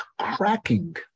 cracking